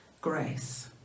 grace